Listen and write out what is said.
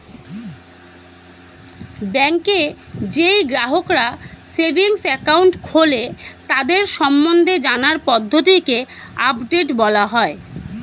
ব্যাংকে যেই গ্রাহকরা সেভিংস একাউন্ট খোলে তাদের সম্বন্ধে জানার পদ্ধতিকে আপডেট বলা হয়